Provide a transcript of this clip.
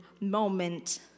moment